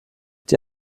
die